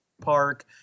park